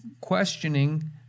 questioning